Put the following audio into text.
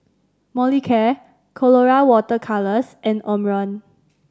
Molicare Colora Water Colours and Omron